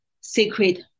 secret